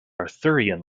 arthurian